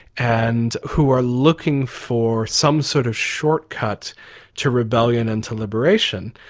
and who are looking for some sort of shortcut to rebellion and to liberation.